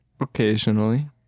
Occasionally